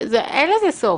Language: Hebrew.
להזכירכם,